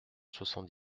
soixante